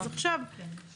אז עכשיו יש, וזה טוב.